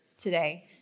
today